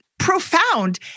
profound